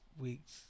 week's